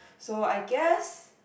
so I guess